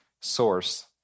source